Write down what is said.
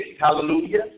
Hallelujah